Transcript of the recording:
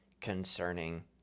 concerning